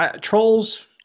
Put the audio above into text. Trolls